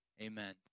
amen